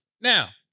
Now